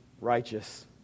righteous